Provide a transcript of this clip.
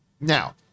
Now